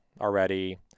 already